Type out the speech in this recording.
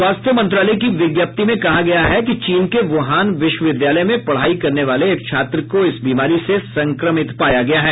स्वास्थ्य मंत्रालय की विज्ञप्ति में कहा गया है कि चीन के वुहान विश्वविद्यालय में पढ़ाई करने वाले एक छात्र को इस बीमारी से संक्रमित पाया गया है